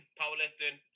powerlifting